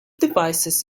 devices